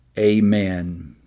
Amen